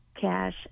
cash